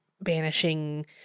banishing